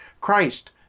Christ